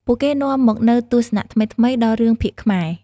ពួកគេនាំមកនូវទស្សនៈថ្មីៗដល់រឿងភាគខ្មែរ។